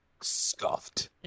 scuffed